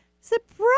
Surprise